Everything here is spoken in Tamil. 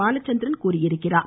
பாலச்சந்திரன் தெரிவித்திருக்கிறார்